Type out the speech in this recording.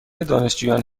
دانشجویان